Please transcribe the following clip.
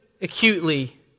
acutely